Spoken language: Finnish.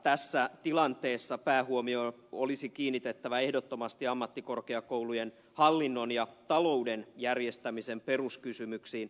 tässä tilanteessa päähuomio olisi kiinnitettävä ehdottomasti ammattikorkeakoulujen hallinnon ja talouden järjestämisen peruskysymyksiin